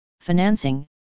financing